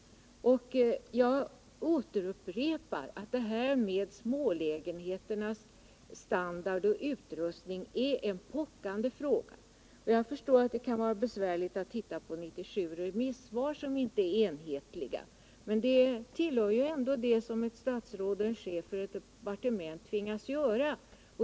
Jag upprepar att smålägenheternas standard och utrustning är en pockande fråga. Jag förstår att det kan vara besvärligt att titta på 97 remissvar som inte är enhetliga. Men det tillhör ändå vad ett statsråd och en chef för ett departement tvingas göra.